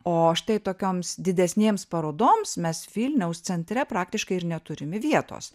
o štai tokioms didesnėms parodoms mes vilniaus centre praktiškai ir neturime vietos